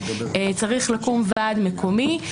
צריך לקום ועד מקומי.